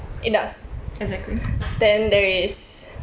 exactly